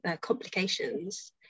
complications